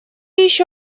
еще